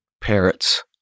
parrots